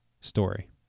story